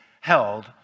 held